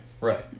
Right